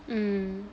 mm